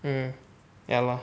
mm ya lor